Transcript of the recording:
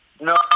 No